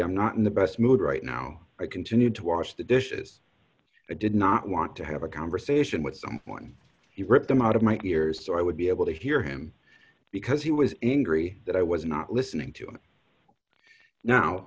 i'm not in the best mood right now i continued to wash the dishes did not want to have a conversation with someone he ripped them out of my ears so i would be able to hear him because he was angry that i was not listening to him now